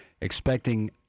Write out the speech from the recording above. expecting